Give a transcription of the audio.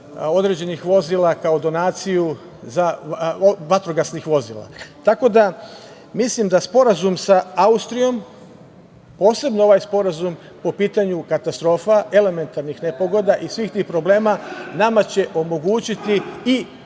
vatrogasnih vozila kao donaciju. Tako da, mislim da Sporazum sa Austrijom, posebno ovaj sporazum po pitanju katastrofa, elementarnih nepogoda i svih tih problema, nama će omogućiti i